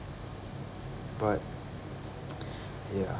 but ya